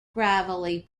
gravelly